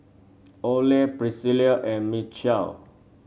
Oley Priscilla and Michell